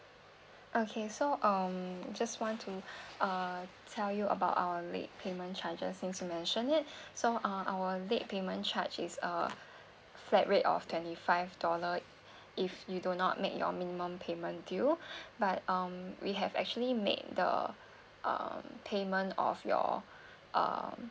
okay so um just want to uh tell you about our late payment charges since you mention it so uh our late payment charge is uh flat rate of twenty five dollar if you do not make your minimum payment deal but um we have actually made the uh payment of your uh